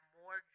more